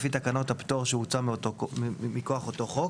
לפי תקנות הפטור שהוצא מכוח אותו חוק.